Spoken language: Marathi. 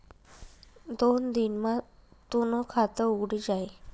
दोन दिन मा तूनं खातं उघडी जाई